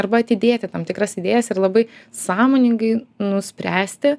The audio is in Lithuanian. arba atidėti tam tikras idėjas ir labai sąmoningai nuspręsti